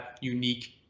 unique